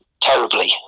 terribly